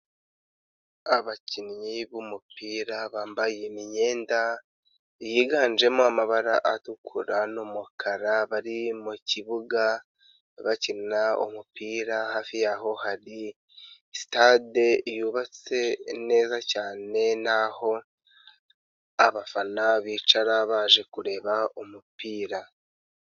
Abakinnyi b'umupira bambaye imyenda yiganjemo amabara atukura n'umukara, bari mu kibuga bakina umupira, hafi yaho hari stade yubatse neza cyane n'aho abafana bicara baje kureba umupira.